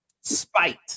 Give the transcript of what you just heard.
spite